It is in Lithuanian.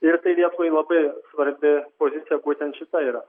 ir tai lietuvai labai svarbi pozicija būtent šita yra